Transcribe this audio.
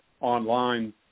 online